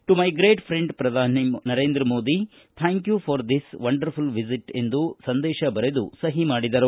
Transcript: to my great friend ಪ್ರಧಾನಿ Narendra Modi thank you for this wonderful visit ಎಂದು ಸಂದೇಶ ಬರೆದು ಟ್ರಂಪ್ ಸಹಿ ಮಾಡಿದರು